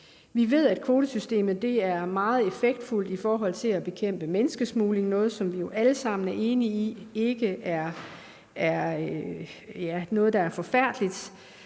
Vi ved, at kvotesystemet er meget effektfuldt i forhold til at bekæmpe menneskesmugling – noget, som vi jo alle sammen er enige om er noget, der er forfærdeligt